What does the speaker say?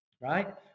right